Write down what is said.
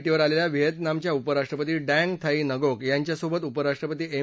भारताच्या भेटीवर आलेल्या व्हिएतनामच्या उपराष्ट्रपती डँग थाई नगोक यांच्यासोबत उपराष्ट्रपती एम